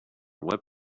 web